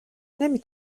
نمی